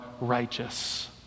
righteous